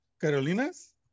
Carolina's